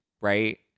right